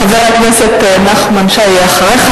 חבר הכנסת נחמן שי יהיה אחריך.